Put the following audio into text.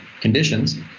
conditions